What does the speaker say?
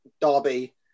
derby